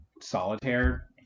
solitaire